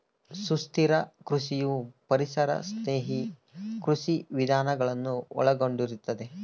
ಸುಸ್ಥಿರ ಕೃಷಿಯು ಪರಿಸರ ಸ್ನೇಹಿ ಕೃಷಿ ವಿಧಾನಗಳನ್ನು ಒಳಗೊಂಡಿರುತ್ತದೆ